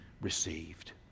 received